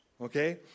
okay